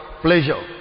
Pleasure